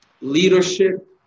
leadership